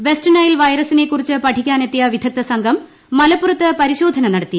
west Nile വൈറസിനെ കുറിച്ച് പഠിക്കാൻ എത്തിയ വിദഗ്ധസംഘം മലപ്പുറത്ത് പരിശോധന നടത്തി